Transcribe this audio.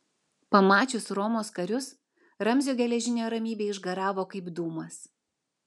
pamačius romos karius ramzio geležinė ramybė išgaravo kaip dūmas